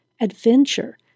adventure